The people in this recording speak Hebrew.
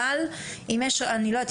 אבל אני לא יודעת,